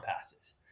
passes